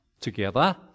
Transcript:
Together